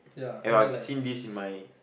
eh I've seen this in my